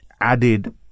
added